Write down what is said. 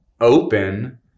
open